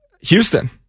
Houston